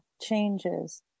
changes